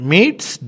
Meets